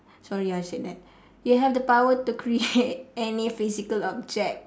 sorry ah I said that you have the power to create any physical object